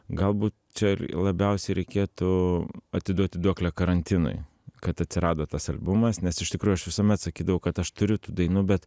galbūt čia ir labiausiai reikėtų atiduoti duoklę karantinui kad atsirado tas albumas nes iš tikrųjų aš visuomet sakydavau kad aš turiu tų dainų bet